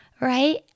right